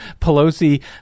Pelosi